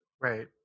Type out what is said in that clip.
right